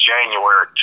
January